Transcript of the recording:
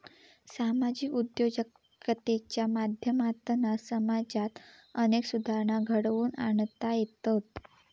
सामाजिक उद्योजकतेच्या माध्यमातना समाजात अनेक सुधारणा घडवुन आणता येतत